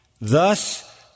Thus